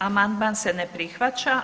Amandman se ne prihvaća.